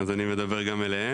אז אני מדבר גם אליהם.